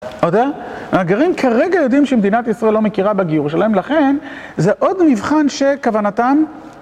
המהגרים כרגע יודעים שמדינת ישראל לא מכירה בגיור שלהם, לכן זה עוד מבחן שכוונתם...